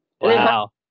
Wow